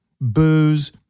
booze